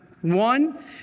One